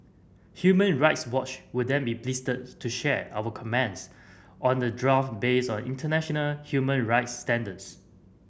Human Rights Watch would then be pleased to share our comments on the draft based on international human rights standards